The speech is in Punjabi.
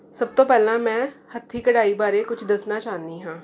ਸਭ ਤੋਂ ਪਹਿਲਾਂ ਮੈਂ ਹੱਥੀਂ ਕਢਾਈ ਬਾਰੇ ਕੁਝ ਦੱਸਣਾ ਚਾਹੁੰਦੀ ਹਾਂ